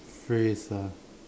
phrase ah